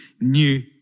new